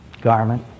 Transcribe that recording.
garment